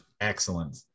Excellent